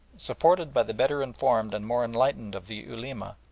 supported by the better informed and more enlightened of the ulema,